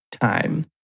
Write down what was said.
time